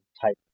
type